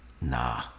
Nah